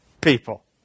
people